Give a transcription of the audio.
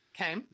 Okay